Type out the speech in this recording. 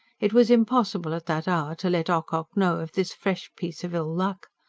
it was impossible at that hour to let ocock know of this fresh piece of ill-luck.